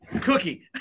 Cookie